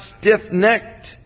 stiff-necked